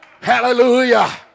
hallelujah